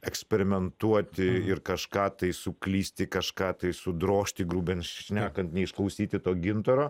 eksperimentuoti ir kažką tai suklysti kažką tai sudrožti grubiai šnekant neišklausyti to gintaro